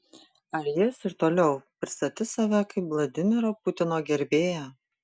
ar jis ir toliau pristatys save kaip vladimiro putino gerbėją